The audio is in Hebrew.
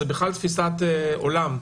זו בכלל תפיסת עולם,